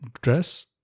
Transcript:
dress